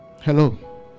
Hello